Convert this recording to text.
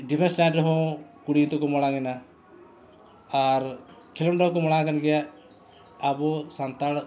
defence side ᱨᱮᱦᱚᱸ ᱠᱩᱲᱤ ᱜᱮᱛᱚᱠᱚ ᱢᱟᱲᱟᱝ ᱮᱱᱟ ᱟᱨ ᱠᱷᱮᱞᱳᱸᱰ ᱨᱮᱦᱚᱸ ᱠᱚ ᱢᱟᱲᱟᱝ ᱟᱠᱟᱱ ᱜᱮᱭᱟ ᱟᱵᱚ ᱥᱟᱱᱛᱟᱲ